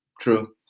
true